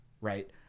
right